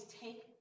take